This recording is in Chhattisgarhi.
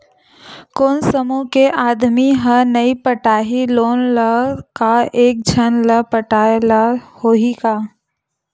कोन समूह के आदमी हा नई पटाही लोन ला का एक झन ला पटाय ला होही का?